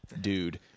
dude